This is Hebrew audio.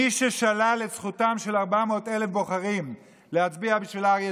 מי ששלל את זכותם של 400,000 בוחרים להצביע בשביל אריה